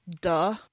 Duh